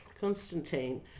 Constantine